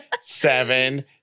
seven